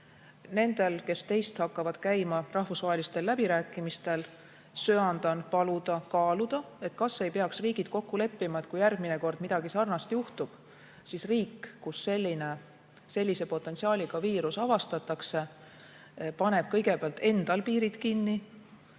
Nendel, kes teist hakkavad käima rahvusvahelistel läbirääkimistel, söandan paluda kaaluda, kas ei peaks riigid kokku leppima, et kui järgmine kord midagi sarnast juhtub, siis riik, kus sellise potentsiaaliga viirus avastatakse, paneb kõigepealt enda piirid kinni,